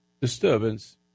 disturbance